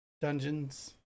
dungeons